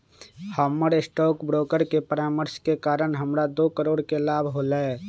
हमर stock broker के परामर्श के कारण हमरा दो करोड़ के लाभ होलय